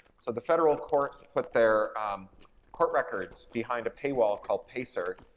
so the federal courts put their court records behind a paywall called pacer.